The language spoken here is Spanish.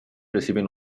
reciben